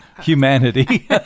humanity